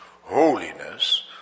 holiness